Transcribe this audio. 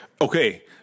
Okay